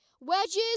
wedges